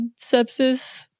sepsis